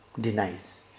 Denies